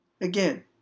Again